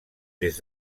des